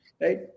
right